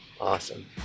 awesome